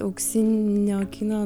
auksinio kino